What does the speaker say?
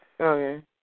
Okay